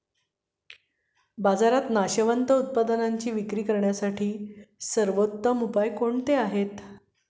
बाजारात नाशवंत उत्पादनांची विक्री करण्यासाठी सर्वोत्तम उपाय कोणते आहेत?